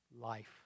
Life